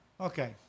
Okay